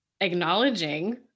acknowledging